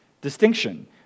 distinction